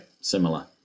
similar